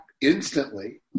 instantly